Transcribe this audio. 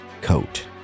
coat